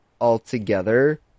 altogether